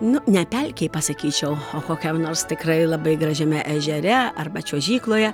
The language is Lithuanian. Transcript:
nu ne pelkėj pasakyčiau o kokiam nors tikrai labai gražiame ežere arba čiuožykloje